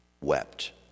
wept